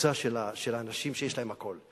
הקבוצה של האנשים שיש להם הכול.